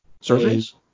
surveys